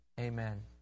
Amen